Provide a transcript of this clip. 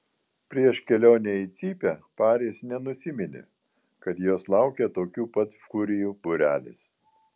prieš kelionę į cypę paris nenusiminė kad jos laukia tokių pat furijų būrelis